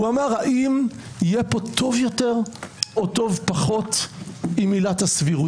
הוא שאל: האם יהיה פה טוב יותר או טוב פחות עם עילת הסבירות?